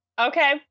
okay